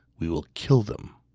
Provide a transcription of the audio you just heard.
we will kill them.